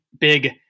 big